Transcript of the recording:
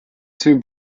two